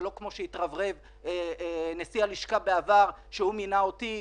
ולא כפי שהתרברב נשיא הלשכה בעבר שהוא מינה אותי.